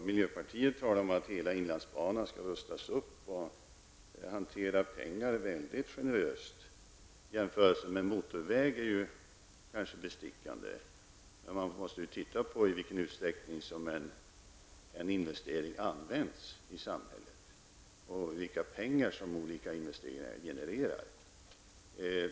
Miljöpartiet talar om att hela inlandsbanan skall rustas upp och hanterar pengar väldigt generöst. Jämförelsen med motorväg är kanske bestickande -- man måste titta på i vilken utsträckning en investering används i samhället och vilka pengar olika investeringar genererar.